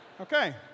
Okay